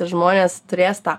ir žmonės turės tą